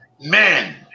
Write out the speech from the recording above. Men